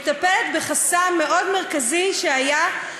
מטפלת בחסם מאוד מרכזי שהיה,